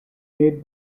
made